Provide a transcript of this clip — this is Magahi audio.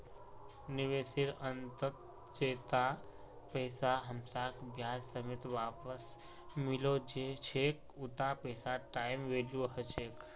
निवेशेर अंतत जैता पैसा हमसाक ब्याज समेत वापस मिलो छेक उता पैसार टाइम वैल्यू ह छेक